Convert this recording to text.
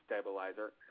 stabilizer